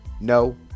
no